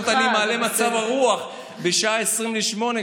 לפחות אני מעלה את מצב הרוח בשעה 19:40,